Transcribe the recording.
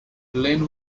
lynne